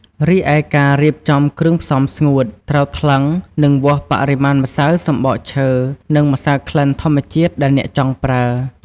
រីឯការរៀបចំគ្រឿងផ្សំស្ងួត ត្រូវថ្លឹង និងវាស់បរិមាណម្សៅសំបកឈើនិងម្សៅក្លិនធម្មជាតិដែលអ្នកចង់ប្រើ។